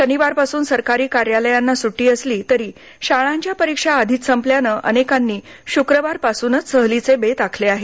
शनिवारपासून सरकारी कार्यालयांना सुटी असली तरी शाळांच्या परीक्षा आधीच संपल्यानं अनेक जणांनी श्क्रवारपासूनच सहलीचे बेत आखले आहेत